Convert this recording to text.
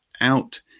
out